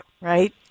right